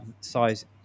Size